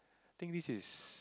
think this is